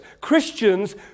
Christians